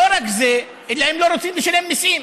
לא רק זה, אלא הם לא רוצים לשלם מיסים.